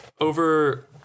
over